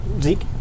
Zeke